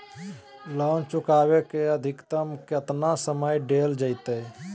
Loan चुकाबे के अधिकतम केतना समय डेल जयते?